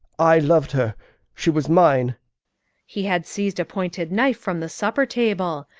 i loved her she was mine he had seized a pointed knife from the supper table.